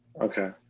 Okay